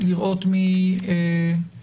מכיוון שאין פה גודש דרמטי של משתתפים בדיון,